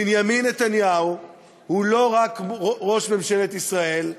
בנימין נתניהו הוא לא רק ראש ממשלת ישראל,